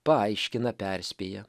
paaiškina perspėja